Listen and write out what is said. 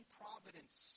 providence